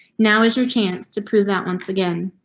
now is your chance to prove that once again,